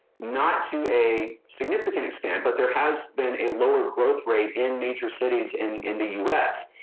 not to a significant extent but there has been a lower growth rate in major cities in in the us.